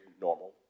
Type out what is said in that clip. normal